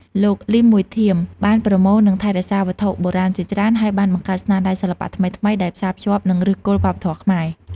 លោក លីម មួយធៀម បានប្រមូល និងថែរក្សាវត្ថុបុរាណជាច្រើន ហើយបានបង្កើតស្នាដៃសិល្បៈថ្មីៗដែលផ្សារភ្ជាប់នឹងឫសគល់វប្បធម៌ខ្មែរ។